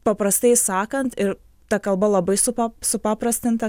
paprastai sakant ir ta kalba labai supa supaprastinta